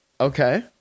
Okay